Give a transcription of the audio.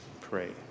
pray